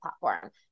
platform